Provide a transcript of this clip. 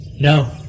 No